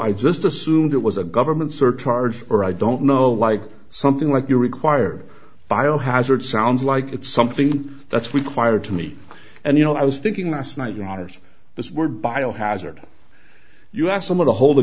i just assumed it was a government surcharge or i don't know like something like you require biohazard sounds like it's something that's required to me and you know i was thinking last night your honour's this were biohazard you have some of the hold the